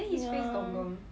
ya